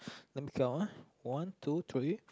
let me count ah one two three